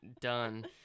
Done